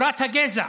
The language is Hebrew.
תורת הגזע,